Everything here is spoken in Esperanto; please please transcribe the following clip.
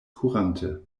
kurante